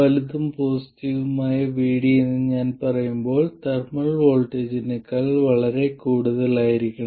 വലുതും പോസിറ്റീവുമായ VD എന്ന് ഞാൻ പറയുമ്പോൾ തെർമൽ വോൾട്ടേജിനേക്കാൾ വളരെ കൂടുതലായിരിക്കണം